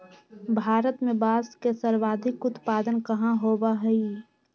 भारत में बांस के सर्वाधिक उत्पादन कहाँ होबा हई?